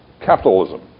capitalism